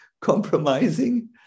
compromising